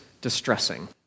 distressing